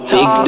Big